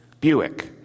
Buick